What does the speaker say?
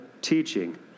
teaching